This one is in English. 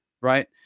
right